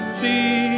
see